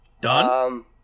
Done